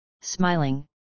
smiling